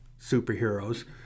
superheroes